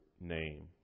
name